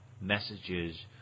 messages